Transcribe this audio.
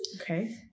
Okay